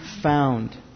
found